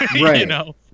Right